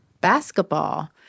Basketball